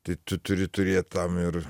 tai tu turi turėt tam ir